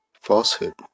falsehood